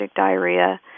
diarrhea